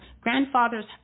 grandfather's